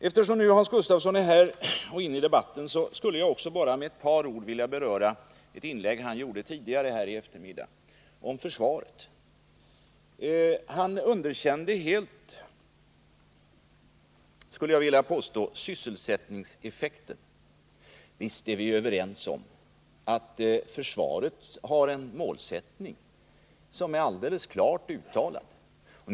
Eftersom Hans Gustafsson finns här och är inne i debatten skulle jag bara med några få ord vilja beröra ett inlägg som han gjorde tidigare på förmiddagen om försvaret. Han underkände då helt — skulle jag vilja påstå — sysselsättningseffekten. Visst är vi överens om att försvaret har en klart uttalad målsättning.